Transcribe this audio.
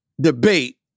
debate